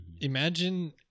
Imagine